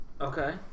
okay